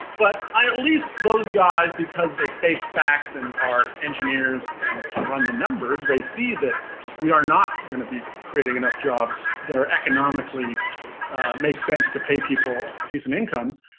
but at least those guys, because they face facts and are engineers and can run the numbers, they see that we are not going to be creating enough jobs that are economically makes sense to pay people decent incomes.